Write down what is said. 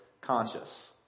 conscious